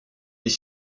est